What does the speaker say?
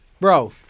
Bro